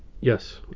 Yes